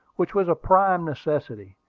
which was a prime necessity,